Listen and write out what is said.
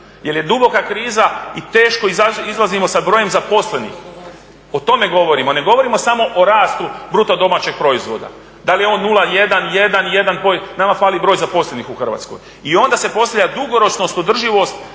jer je duboka kriza i teško izlazimo sa brojem zaposlenih. O tome govorimo, ne govorimo samo o rastu BDP-a, da li je on 0,1, 1, nama fali broj zaposlenih u Hrvatskoj i onda se postavlja dugoročnost, održivost